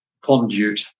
conduit